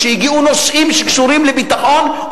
כשהגיעו נושאים שקשורים לביטחון,